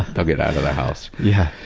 they'll get out of the house. yeah.